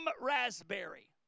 Raspberry